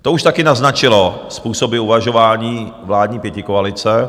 To už také naznačilo způsoby uvažování vládní pětikoalice.